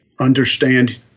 understand